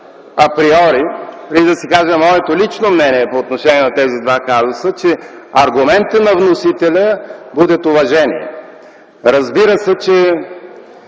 априори, преди да кажа моето лично мнение по отношение на тези два казуса, че аргументите на вносителя будят уважение. Разбира се, че